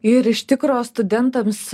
ir iš tikro studentams